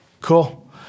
cool